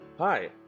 Hi